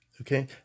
Okay